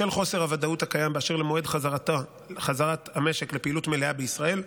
בשל חוסר הוודאות הקיים באשר למועד חזרת המשק לפעילות מלאה בישראל,